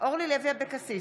אורלי לוי אבקסיס,